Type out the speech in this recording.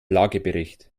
lagebericht